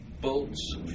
bolts